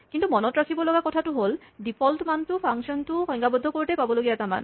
কিন্তু মনত ৰাখিবলগা কথা হ'ল ডিফল্ট মানটো ফাংচনটো সংজ্ঞাবদ্ধ কৰোতেই পাবলগীয়া এটা মান